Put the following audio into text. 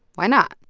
why not?